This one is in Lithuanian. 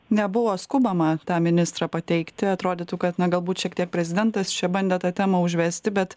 nebuvo skubama tą ministrą pateikti atrodytų kad na galbūt šiek tiek prezidentas čia bandė tą temą užvesti bet